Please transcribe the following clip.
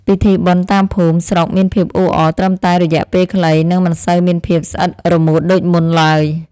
ពិធីបុណ្យតាមភូមិស្រុកមានភាពអ៊ូអរត្រឹមតែរយៈពេលខ្លី និងមិនសូវមានភាពស្អិតរមួតដូចមុនឡើយ។